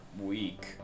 week